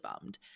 bummed